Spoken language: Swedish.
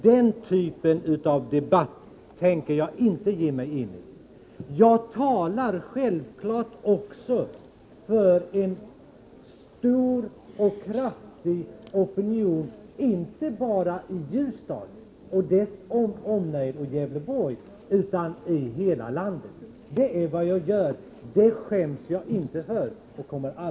Den typen av debatt tänker jag inte ge mig in i. Jag talar självfallet också för en stor och kraftig opinion inte bara i Ljusdal och dess omnejd och i Gävleborg utan i hela landet. Och det skäms jag inte för.